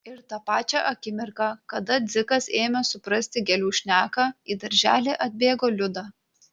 ir tą pačią akimirką kada dzikas ėmė suprasti gėlių šneką į darželį atbėgo liuda